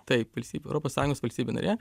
taip valstybė europos sąjungos valstybė narė